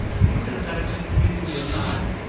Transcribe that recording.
you could have got it just as easily as not!